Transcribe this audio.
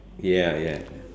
ya ya